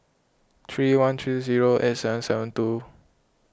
three one three zero eight seven seven two